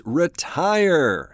retire